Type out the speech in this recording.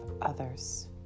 others